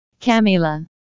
Camila